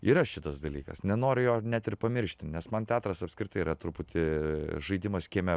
yra šitas dalykas nenoriu jo net ir pamiršti nes man teatras apskritai yra truputį žaidimas kieme